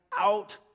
out